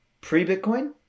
pre-Bitcoin